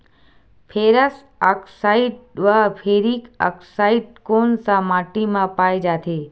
Ferrous oxide व ferric oxide कोन सा माटी म पाय जाथे?